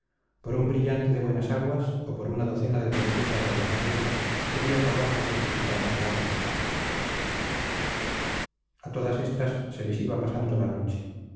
por un brillante de buenas aguas o por una docena de turquesas de roca vieja sería capaz de sacrificar a su padre a todas estas se les iba pasando la noche